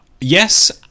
Yes